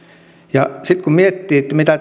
ja sitten kun miettii mitä